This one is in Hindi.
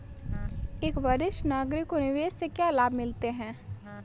एक वरिष्ठ नागरिक को निवेश से क्या लाभ मिलते हैं?